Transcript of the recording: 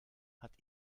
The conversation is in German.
hat